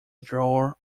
draw